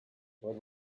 what